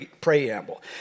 preamble